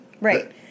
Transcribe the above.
Right